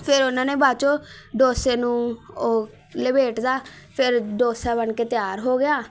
ਫਿਰ ਉਨ੍ਹਾਂ ਨੇ ਬਾਅਦ 'ਚੋਂ ਡੋਸੇ ਨੂੰ ਉਹ ਲਪੇਟ ਤਾ ਫਿਰ ਡੋਸਾ ਬਣ ਕੇ ਤਿਆਰ ਹੋ ਗਿਆ